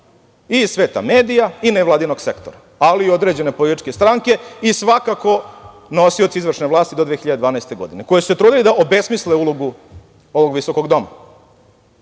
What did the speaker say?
iz sveta medija i nevladinog sektora, ali i određene političke stranke i svakako nosioci izvršne vlasti do 2012. godine, koje su se trudile da obesmisle ulogu ovog visokog doma. Onda